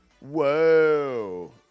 Whoa